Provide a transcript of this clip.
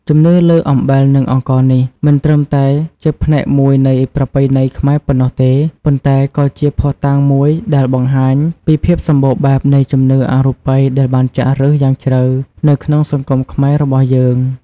ជំនឿលើអំបិល និងអង្ករនេះ មិនត្រឹមតែជាផ្នែកមួយនៃប្រពៃណីខ្មែរប៉ុណ្ណោះទេ ប៉ុន្តែក៏ជាភស្តុតាងមួយដែលបង្ហាញពីភាពសម្បូរបែបនៃជំនឿអរូបិយដែលបានចាក់ឫសយ៉ាងជ្រៅនៅក្នុងសង្គមខ្មែររបស់យើង។